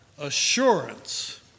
assurance